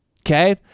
Okay